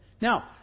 now